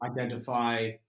identify